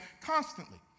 constantly